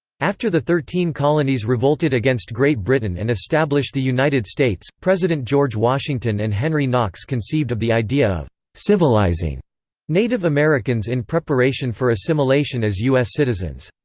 after the thirteen colonies revolted against great britain and established the united states, president george washington and henry knox conceived of the idea of civilizing native americans in preparation for assimilation as u s. citizens.